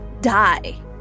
die